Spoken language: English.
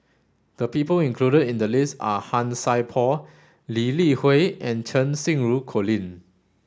the people included in the list are Han Sai Por Lee Li Hui and Cheng Xinru Colin